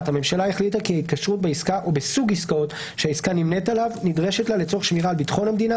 ציבורית שבשליטת המדינה,